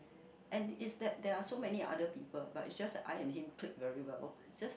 and is that they are so many other people but is just I am him clique very well